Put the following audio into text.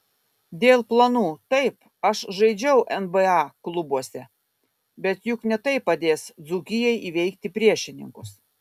dėl planų taip aš žaidžiau nba klubuose bet juk ne tai padės dzūkijai įveikti priešininkus